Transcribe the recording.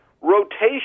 rotation